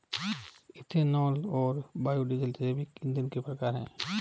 ethanol और biodiesel जैविक ईंधन के प्रकार है